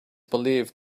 believed